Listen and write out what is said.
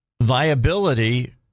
viability